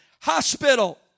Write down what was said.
hospital